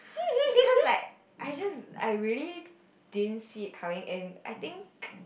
cause like I just I really didn't see it coming and I think